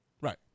Right